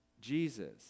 Jesus